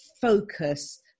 focus